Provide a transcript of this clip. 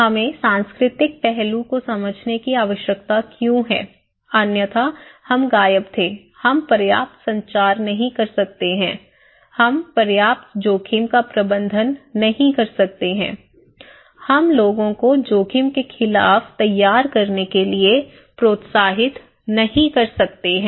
हमें सांस्कृतिक पहलू को समझने की आवश्यकता क्यों है अन्यथा हम गायब थे हम पर्याप्त संचार नहीं कर सकते हैं हम पर्याप्त जोखिम का प्रबंधन नहीं कर सकते हैं हम लोगों को जोखिम के खिलाफ तैयार करने के लिए प्रोत्साहित नहीं कर सकते हैं